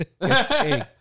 Hey